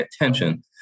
attention